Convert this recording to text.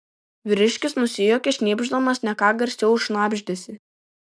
vyriškis nusijuokė šnypšdamas ne ką garsiau už šnabždesį